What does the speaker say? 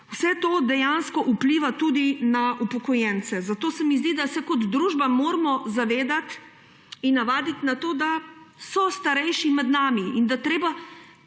Vse to dejansko vpliva tudi na upokojence. Zato se mi zdi, da se kot družba moramo zavedati in navaditi na to, da so starejši med nami in da je treba